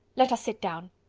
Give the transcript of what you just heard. let us sit down.